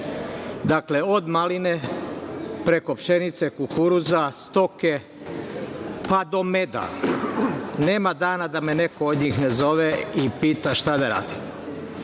Dakle, od maline, preko pšenice, kukuruza, stoke, pa do meda. Nema dana da me neko od njih ne zove i pita šta da radi.